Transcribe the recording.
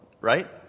right